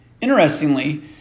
Interestingly